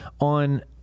On